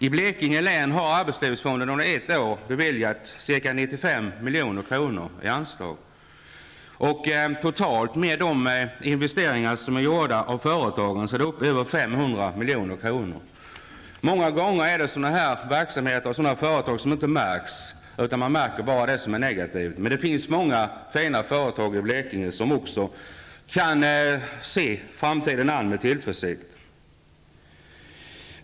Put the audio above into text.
I Blekinge län har arbetslivsfonden under ett år beviljat ca 95 milj.kr. i anslag. Totalt, tillsammans med de investeringar som är gjorda av företagen, är det fråga om mer än 500 milj.kr. Många gånger märks inte sådana verksamheter och företag; man märker bara det som är negativt. Men det finns många fina företag i Blekinge som kan se framtiden an med tillförsikt.